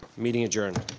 meeting adjourned.